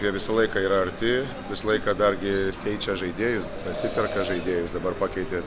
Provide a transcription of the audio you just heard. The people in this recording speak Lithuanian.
jie visą laiką yra arti visą laiką dargi keičia žaidėjus dasiperka žaidėjus dabar pakeitė